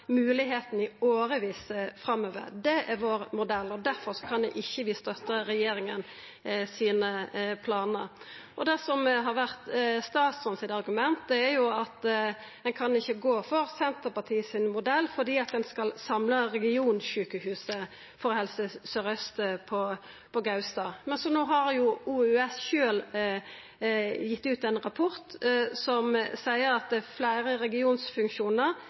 i årevis framover. Det er vår modell, og derfor kan vi ikkje støtta planane til regjeringa. Det som har vore argumentet til statsråden, er at ein ikkje kan gå for Senterpartiet sin modell fordi ein skal samla regionsjukehuset for Helse Sør-Øst på Gaustad. Men no har jo OUS sjølv gitt ut ein rapport som seier at fleire regionsfunksjonar hamnar nettopp på Aker. Det